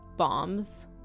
bombs